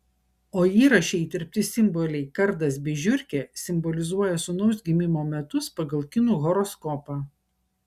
o įraše įterpti simboliai kardas bei žiurkė simbolizuoja sūnaus gimimo metus pagal kinų horoskopą